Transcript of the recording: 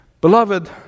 Beloved